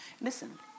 Listen